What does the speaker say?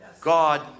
God